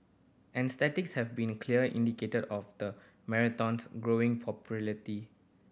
and statistics have been a clear indicated of the marathon's growing popularity